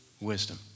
wisdom